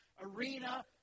arena